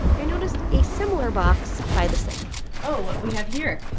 i noticed a similar box by the sink oh, what we have here?